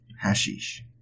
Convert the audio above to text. hashish